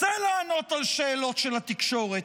רוצה לענות על שאלות של התקשורת,